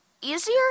easier